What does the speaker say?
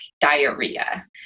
diarrhea